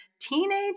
teenage